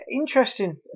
interesting